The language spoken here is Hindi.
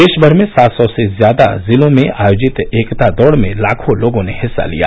देश भर में सात सौ से ज्यादा जिलों में आयोजित एकता दौड़ में लाखों लोगों ने हिस्सा लिया